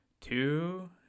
two